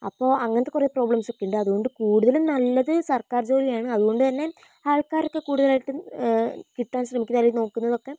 അപ്പൊൾ അങ്ങനത്തെ കുറേ പ്രോബ്ലംസൊക്കെയുണ്ട് അതുകൊണ്ട് കൂടുതലും നല്ലത് സർക്കാർ ജോലിയാണ് അതുകൊണ്ടുതന്നെ ആൾക്കാരൊക്കെ കൂടുതലായിട്ടും കിട്ടാൻ ശ്രമിക്കുന്ന അല്ലെങ്കിൽ നോക്കുന്നതൊക്കെ